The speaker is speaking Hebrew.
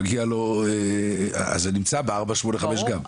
מגיע לו, אז זה נמצא ב485 גם?